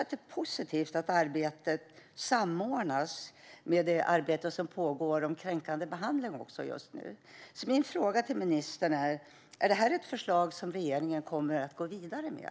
Det är positivt att arbetet samordnas med det arbete som pågår om kränkande behandling. Är det här ett förslag, ministern, som regeringen kommer att gå vidare med?